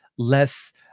less